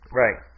right